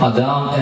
Adam